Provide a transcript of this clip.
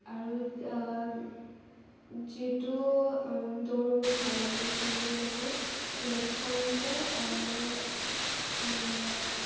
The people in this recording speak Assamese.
আৰু যিহেতু দৌৰ মোৰ ভাল লাগে চ' মোৰ মানে লক্ষ্য হৈছে মই মানে